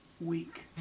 week